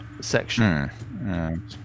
section